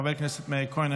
חבר הכנסת מאיר כהן,